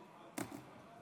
רבה.